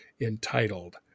entitled